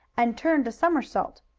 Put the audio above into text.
and turned a somersault.